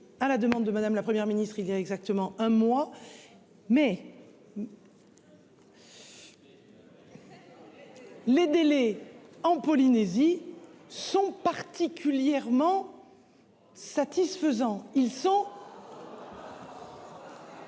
à la demande de madame, la Première ministre il y a exactement un mois. Mais. Les délais en Polynésie sont particulièrement. Satisfaisants, ils sont.